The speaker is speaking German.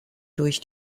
durch